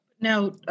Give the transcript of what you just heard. Now